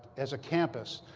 as a campus,